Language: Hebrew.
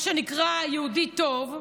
מה שנקרא, יהודי טוב,